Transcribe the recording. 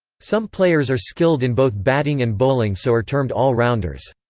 some players are skilled in both batting and bowling so are termed all-rounders.